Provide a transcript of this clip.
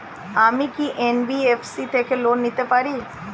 আমি কি এন.বি.এফ.সি থেকে লোন নিতে পারি?